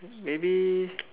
maybe